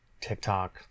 tiktok